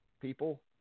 people